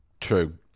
True